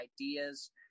ideas